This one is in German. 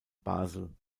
basel